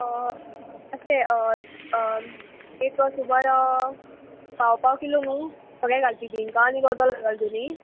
अशें एक सुमार पाव पाव किलो न्हू सगळें घालतलीं कादो लाग घाल तुमी